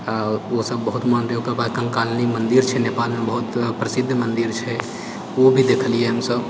आ ओ सब बहुत ओकर बाद कंकालनी मंदिर छै नेपालमे बहुत प्रसिद्ध मंदिर छै ओहो भी देखलिऐ हमसब